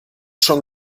schon